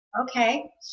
okay